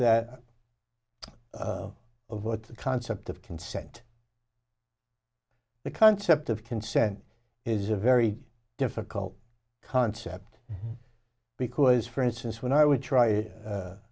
that of what the concept of consent the concept of consent is a very difficult concept because for instance when i would try